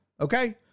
Okay